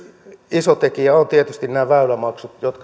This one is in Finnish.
iso tekijä on tietysti nämä väylämaksut jotka